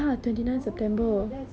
!wow! that's so cool